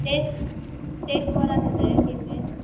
टे टेस्ट बरो आसा थंय कॅफेन